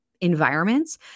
environments